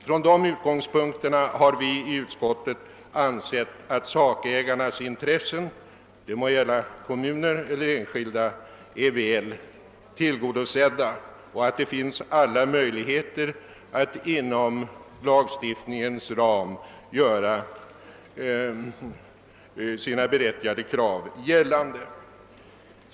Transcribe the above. Från dessa utgångspunkter har vi i utskottet ansett att sakägarnas intressen — det må gälla kommuner eller enskilda — är väl tillgodosedda och att det finns alla möjligheter att inom lagstiftningens ram göra sina berättigade krav gällande.